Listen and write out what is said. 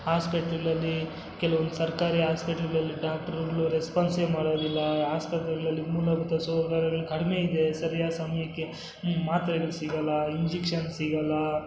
ಹಾಸ್ಪಿಟ್ಲ್ಗಳಲ್ಲಿ ಕೆಲವೊಂದು ಸರ್ಕಾರಿ ಹಾಸ್ಪಿಟ್ಲ್ಗಳಲ್ಲಿ ಡಾಕ್ಟ್ರುಗಳು ರೆಸ್ಪಾನ್ಸೇ ಮಾಡೋದಿಲ್ಲ ಆಸ್ಪತ್ರೆಗಳಲ್ಲಿ ಮೂಲಭೂತ ಸೌಕರ್ಯಗಳು ಕಡಿಮೆ ಇದೆ ಸರಿಯಾದ ಸಮಯಕ್ಕೆ ಮಾತ್ರೆಗಳು ಸಿಗಲ್ಲ ಇಂಜೆಕ್ಷನ್ಸ್ ಸಿಗಲ್ಲ